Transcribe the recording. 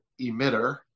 emitter